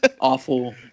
awful